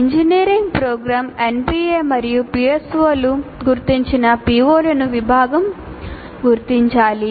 engineering program NBA మరియు PSOలు గుర్తించిన POలను విభాగం గుర్తించాలి